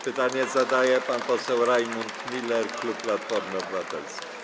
Pytanie zadaje pan poseł Rajmund Miller, klub Platformy Obywatelskiej.